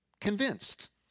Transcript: convinced